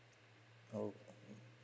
alright